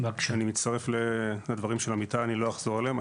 אני מצטרף לדברים של עמיתיי, אני לא אחזור עליהם.